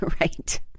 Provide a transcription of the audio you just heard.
Right